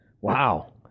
Wow